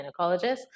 gynecologist